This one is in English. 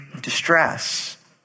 distress